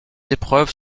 épreuves